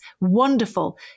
wonderful